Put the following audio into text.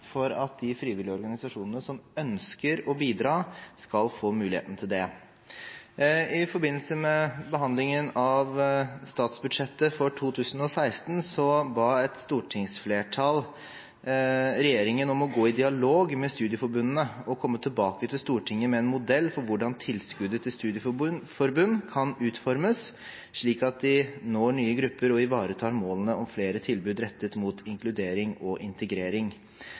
for at de frivillige organisasjonene som ønsker å bidra, skal få mulighet til det. I forbindelse med behandlingen av statsbudsjettet for 2016 ba et stortingsflertall regjeringen om å «gå i dialog med studieforbundene og komme tilbake til Stortinget med en modell for hvordan tilskuddene til studieforbund kan utformes, slik at de når nye grupper og ivaretar målene om flere tilbud rettet mot inkludering og integrering».